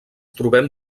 trobem